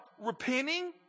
repenting